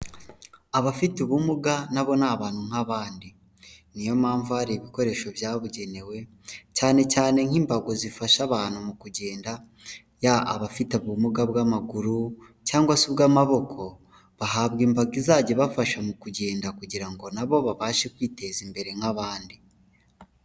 Abafite ubumuga na bo ni abantu nk'abandi, niyo mpamvu hari ibikoresho byabugenewe cyane cyane nk'imbago zifasha abantu mu kugenda, yaba abafite ubumuga bw'amaguru cyangwa se ubw'amaboko bahabwa imbago izajya ibafasha mu kugenda kugira ngo na bo babashe kwiteza imbere nk'abandi.